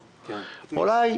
אולי,